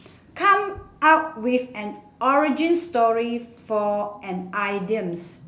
come up with an origin story for an idioms